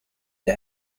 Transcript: der